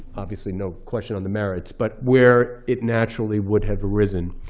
obviously no question on the merits, but where it naturally would have arisen.